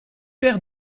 père